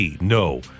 No